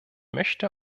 möchte